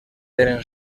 eren